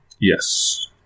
Yes